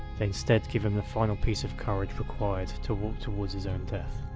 they instead give him the final piece of courage required to walk towards his own death.